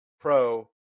pro